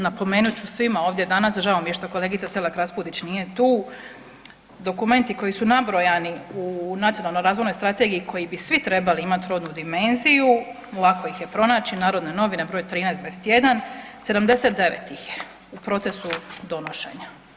Napomenut ću svima ovdje danas, žao mi je što kolegica Selak Raspudić nije tu, dokumenti koji su nabrojani u Nacionalnoj razvoj strategiji koji bi svi trebali imati rodnu dimenziju, lako ih je pronaći Narodne novine broj 13/21, 79 ih je u procesu donošenja.